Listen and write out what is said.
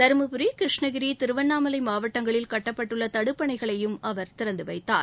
தருமபுரி கிருஷ்ணகிரி திருவண்ணாமலை மாவட்டங்களில் கட்டப்பட்டள்ள தடுப்பனைகளையும் அவர் திறந்து வைத்தார்